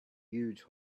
huge